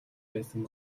байсан